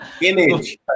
Image